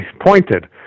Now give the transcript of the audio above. pointed